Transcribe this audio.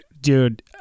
dude